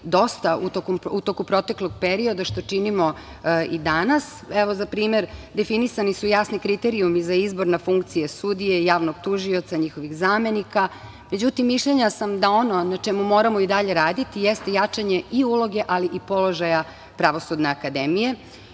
dosta u toku proteklog perioda, što činimo i danas. Evo za primer, definisani su jasni kriterijumi za izbor na funkcije sudije i javnog tužioca, njihovih zamenika. Međutim, mišljenja sam da ono na čemu moramo i dalje raditi jeste jačanje i uloge, ali i položaja Pravosudne akademije.